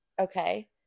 Okay